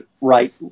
right